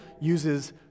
uses